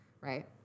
right